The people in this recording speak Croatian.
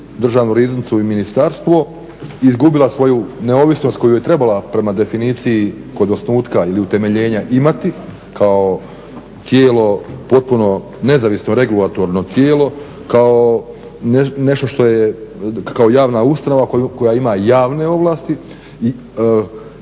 državnu riznicu i ministarstvo izgubila svoju neovisnost koju je trebala prema definiciji kod osnutka ili utemeljenja imati kao tijelo, potpuno nezavisno, regulatorno tijelo, kao nešto što je, kao javna ustanova koja ima javne ovlasti.